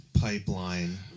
pipeline